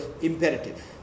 imperative